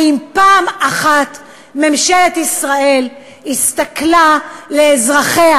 האם פעם אחת ממשלת ישראל הסתכלה לאזרחיה